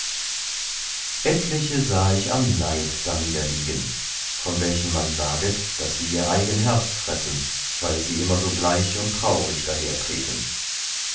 etliche sahe ich am neid darniederliegen von welchen man saget daß sie ihr eigen herz fressen weil sie immer so bleich und traurig